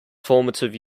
formative